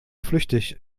flüchtig